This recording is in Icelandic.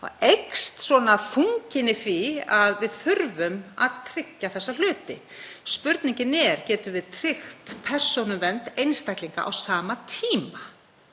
þá eykst þunginn í því að við þurfum að tryggja þessa hluti. Spurningin er: Getum við tryggt persónuvernd einstaklinga á sama tíma?